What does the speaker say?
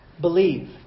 Believe